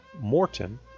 Morton